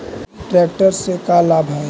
Tractor से का लाभ है?